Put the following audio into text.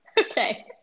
Okay